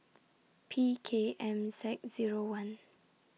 P K M Z Zero one